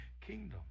kingdom